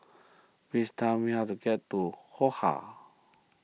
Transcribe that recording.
please tell me how to get to Ho Ha